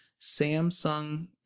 Samsung